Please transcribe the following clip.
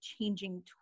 changing